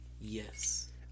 yes